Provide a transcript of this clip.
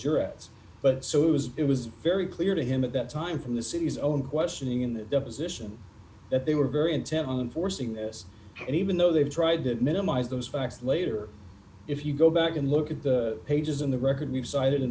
your ads but so it was it was very clear to him at that time from the city's own questioning in the deposition that they were very intent on forcing this and even though they've tried to minimize those facts later if you go back and look at the pages in the record we've cited